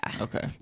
Okay